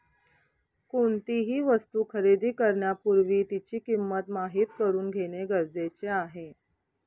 कोणतीही वस्तू खरेदी करण्यापूर्वी तिची किंमत माहित करून घेणे गरजेचे आहे